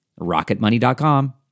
Rocketmoney.com